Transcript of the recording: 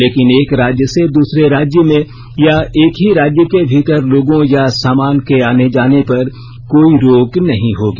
लेकिन एक राज्य से दूसरे राज्य में या एक ही राज्य के भीतर लोगों या सामान के आने जाने पर कोई रोक नहीं होगी